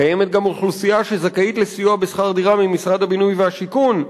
קיימת גם אוכלוסייה שזכאית לסיוע בשכר דירה ממשרד הבינוי והשיכון.